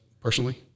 personally